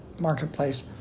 marketplace